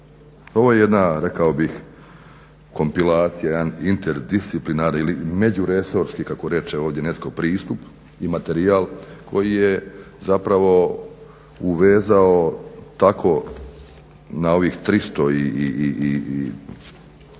Ovo je jedna rekao bih kompilacija, jedan interdisciplinarni ili međuresorski kako reče ovdje netko pristup i materijal koji je zapravo uvezao tako na ovih 320